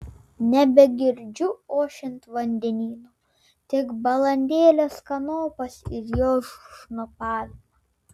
nebegirdžiu ošiant vandenyno tik balandėlės kanopas ir jos šnopavimą